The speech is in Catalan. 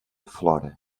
flora